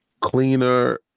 cleaner